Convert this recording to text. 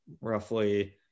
roughly